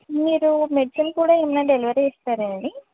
మీరు మెడిసిన్ కూడా ఏమన్నా డెలివరీ ఇస్తారా అండి